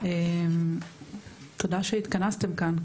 תודה שהתכנסתם כאן,